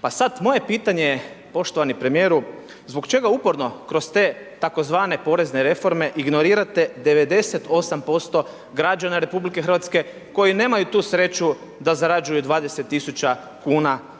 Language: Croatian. Pa sad, moje pitanje je, poštovani premijeru, zbog čega uporno kroz te tzv. porezne reforme ignorirate 98% građana RH koji nemaju tu sreću da zarađuju 20 tisuća kuna